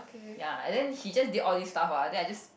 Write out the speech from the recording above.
ya then he just did all this stuff ah then I just